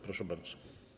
Proszę bardzo.